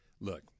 look